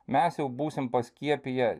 mes jau būsim paskiepiję